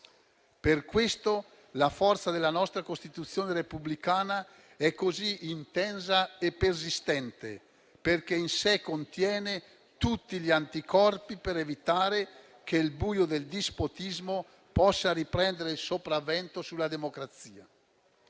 Per questo la forza della nostra Costituzione repubblicana è così intensa e persistente, perché in sé contiene tutti gli anticorpi per evitare che il buio del dispotismo possa riprendere il sopravvento sulla democrazia.